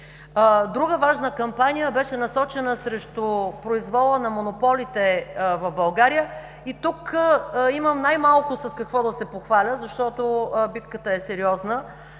Друга важна кампания беше насочена срещу произвола на монополите в България. Тук имам най-малко с какво да се похваля, защото битката е сериозна,